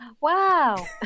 wow